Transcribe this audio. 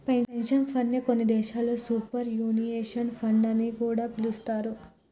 pension fund నే కొన్ని దేశాల్లో సూపర్ యాన్యుయేషన్ ఫండ్ అని కూడా పిలుత్తారు